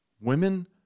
Women